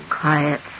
Quiet